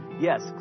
Yes